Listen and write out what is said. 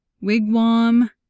Wigwam